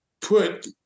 put